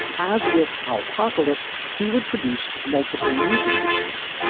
as with al pocalypse, he would produce multiple music videos,